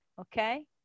Okay